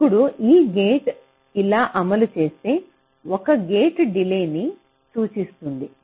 ఇప్పుడు ఈ గేటును ఇలా అమలు చేస్తే 1 గేట్ల డిలేన్ని సూచిస్తుంది